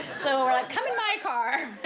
so we're like, come in my car.